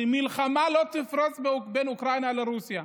שמלחמה לא תפרוץ בין אוקראינה לרוסיה.